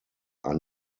are